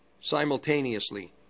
simultaneously